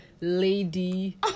lady